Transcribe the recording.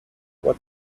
what